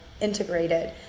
integrated